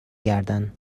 گردن